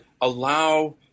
allow